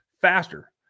faster